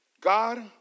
God